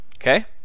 Okay